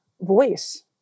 voice